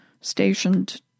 stationed